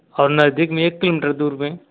और नजदीक में एक किलोमीटर दूर में